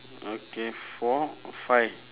okay four five